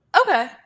Okay